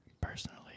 Personally